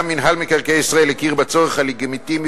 גם מינהל מקרקעי ישראל הכיר בצורך הלגיטימי